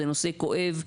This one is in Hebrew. זה נושא כואב.